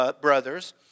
brothers